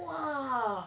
!wah!